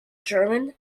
german